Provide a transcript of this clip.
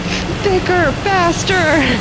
thicker! faster!